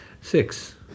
Six